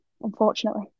unfortunately